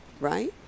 right